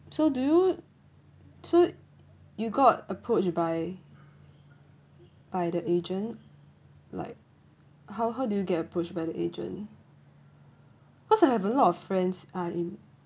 so do you so you got approached by by the agent like how how do you get approach by the agent cause I have a lot of friends are in